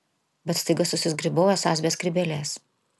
bet staiga susizgribau esąs be skrybėlės